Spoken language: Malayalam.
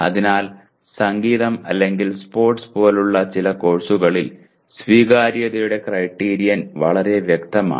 അതിനാൽ സംഗീതം അല്ലെങ്കിൽ സ്പോർട്സ് പോലുള്ള ചില കോഴ്സുകളിൽ സ്വീകാര്യതയുടെ ക്രൈറ്റീരിയൻ വളരെ വ്യക്തമാണ്